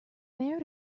mare